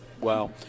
Wow